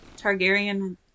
targaryen